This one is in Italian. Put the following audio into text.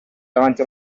davanti